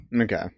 Okay